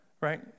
right